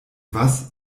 was